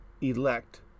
elect